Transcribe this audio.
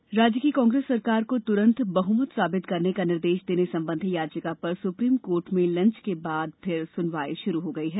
सुको बहुमत राज्य की कांग्रेस सरकार को तुरन्त बहुमत साबित करने का निर्देश देने संबंधी याचिका पर सप्रीम कोर्ट में लंच के बाद फिर सुनवाई शुरू हो ंगई है